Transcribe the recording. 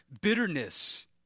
bitterness